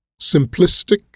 simplistic